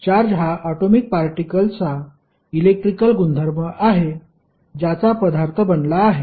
charge हा atomic particle चा electrical गुणधर्म आहे ज्याचा पदार्थ बनला आहे